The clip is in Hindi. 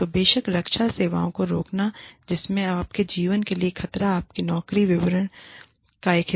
तो बेशक रक्षा सेवाओं को रोकना जिसमें आपके जीवन के लिए खतरा आपके नौकरी विवरण का एक हिस्सा है